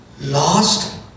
lost